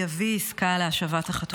יביא עסקה להשבת החטופים.